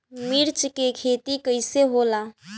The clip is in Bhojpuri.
मिर्च के खेती कईसे होला?